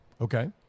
Okay